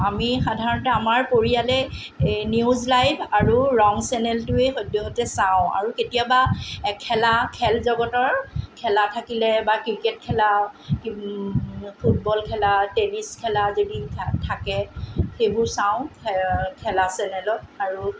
আমি সাধাৰণতে আমাৰ পৰিয়ালে এই নিউজ লাইভ আৰু ৰং চেনেলটোৱে সদ্যহতে চাওঁ আৰু কেতিয়াবা এই খেলা খেলজগতৰ খেলা থাকিলে বা ক্ৰিকেট খেলা ফুটবল খেলা টেনিছ খেলা যদি থাকে সেইবোৰ চাওঁ খেলা চেনেলত আৰু